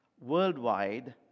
worldwide